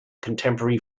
contemporary